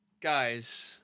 Guys